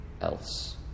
else